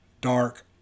Dark